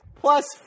Plus